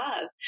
love